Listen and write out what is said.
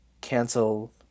cancel